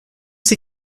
ces